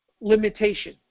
limitation